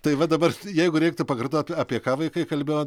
tai va dabar jeigu reiktų pakartot apie ką vaikai kalbėjo